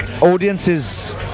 audiences